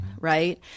right